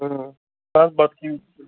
بَس بَتہٕ کھیٚیِو ییٚتھسٕے